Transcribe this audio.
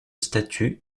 statut